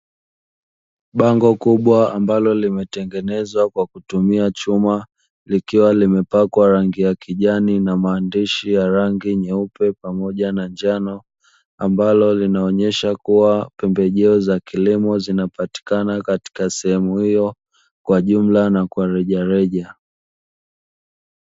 Bango kubwa ambalo limetengenezwa kwa kutumia chuma, likiwa limepakwa rangi ya kijani na maandishi ya rangi nyeupe pamoja na njano. Likiwa linaonesha kuwa pembejeo za kilimo zinapatikana katika sehemu hiyo kwa bei ya jumla na rejareja.